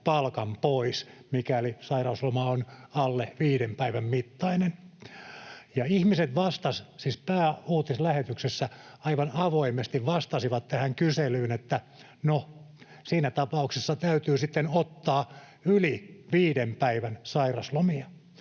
palkan pois, mikäli sairausloma on alle viiden päivän mittainen. Ihmiset vastasivat, siis pääuutislähetyksessä aivan avoimesti, tähän kyselyyn, että no, siinä tapauksessa täytyy sitten ottaa yli viiden päivän sairauslomia